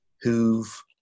who've